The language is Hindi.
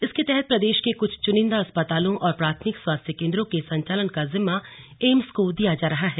इसके तहत प्रदेश के कुछ चुनिंदा अस्पतालों और प्राथमिक स्वास्थ्य केंद्रों के संचालन का जिम्मा एम्स को दिया जा रहा है